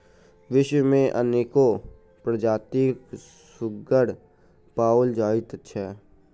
विश्व मे अनेको प्रजातिक सुग्गर पाओल जाइत छै